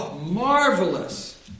marvelous